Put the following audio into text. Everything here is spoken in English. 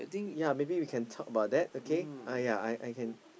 yea maybe we can talk about that okay uh yea I I can